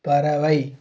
பறவை